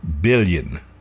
billion